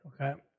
okay